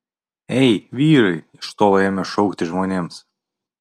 ei vyrai iš tolo ėmė šaukti žmonėms